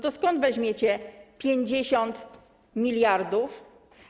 To skąd weźmiecie 50 mld zł?